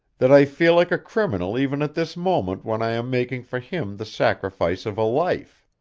that i feel like a criminal even at this moment when i am making for him the sacrifice of a life.